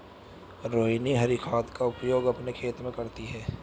रोहिनी हरी खाद का प्रयोग अपने खेत में करती है